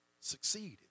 succeeded